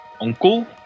uncle